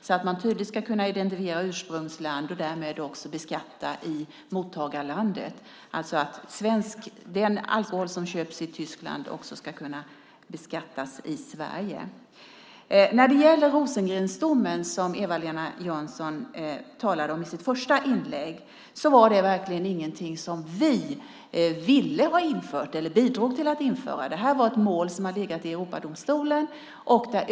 Man ska tydligt kunna identifiera ursprungsland och därmed också beskatta i mottagarlandet. Den alkohol som köps i Tyskland ska kunna beskattas i Sverige. När det gäller Rosengrendomen, som Eva-Lena Jansson talade om i sitt första inlägg, var det verkligen inget som vi ville ha infört eller bidrog till att införa. Det är ett mål som har legat i EG-domstolen.